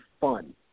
fun